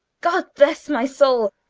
god bless my soul!